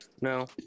No